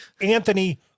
Anthony